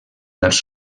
als